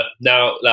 Now